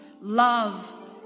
love